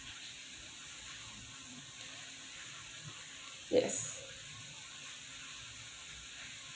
yes